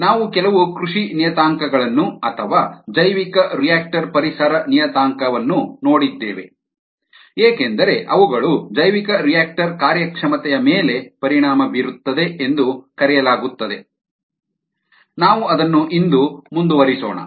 ನಾವು ಕೆಲವು ಕೃಷಿ ನಿಯತಾಂಕಗಳನ್ನು ಅಥವಾ ಜೈವಿಕರಿಯಾಕ್ಟರ್ ಪರಿಸರ ನಿಯತಾಂಕವನ್ನು ನೋಡಿದ್ದೇವೆ ಏಕೆಂದರೆ ಅವುಗಳು ಜೈವಿಕರಿಯಾಕ್ಟರ್ ಕಾರ್ಯಕ್ಷಮತೆಯ ಮೇಲೆ ಪರಿಣಾಮ ಬೀರುತ್ತದೆ ಎಂದು ಕರೆಯಲಾಗುತ್ತದೆ ನಾವು ಅದನ್ನು ಇಂದು ಮುಂದುವರಿಸೋಣ